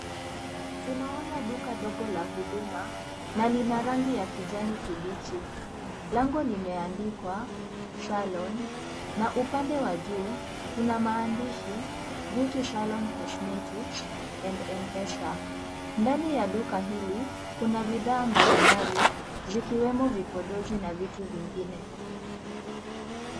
Tunaona duka ndogo la huduma na lina rangi ya kijani kibichi ,lango limeandikwa salon na upande wa juu kuna maandishi beauty salon cosmetics and Mpesa, ndani ya duka hili kuna bidhaa mbalimbali zikiwemo vipodozi na vitu vingine.